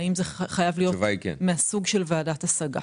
והאם זה חייב להיות מהסוג של ועדת השגה.